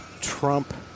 Trump